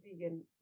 vegan